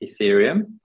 Ethereum